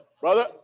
brother